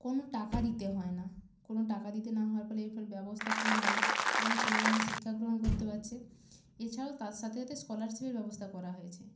কোনো টাকা দিতে হয় না কোনো টাকা দিতে না হওয়ার ফলে এর ফলে ব্যবস্থা খুবই ভালো এবং ছেলে মেয়েরা শিক্ষা গ্রহণ করতে পাচ্ছে এছাড়াও তার সাথে সাথে স্কলারশিপের ব্যবস্থা করা হয়েছে